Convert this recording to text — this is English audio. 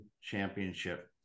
championship